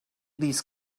these